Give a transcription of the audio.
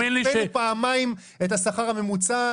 אבל אנחנו כן מכירים את הנתונים של הלמ"ס ואת הצריכה.